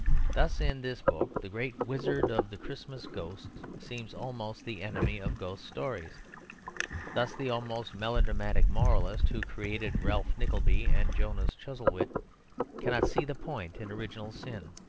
thus in this book the great wizard of the christmas ghosts seems almost the enemy of ghost stories thus the almost melodramatic moralist who created ralph nickleby and jonas chuzzlewit cannot see the point in original sin